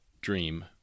dream